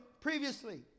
previously